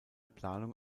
planung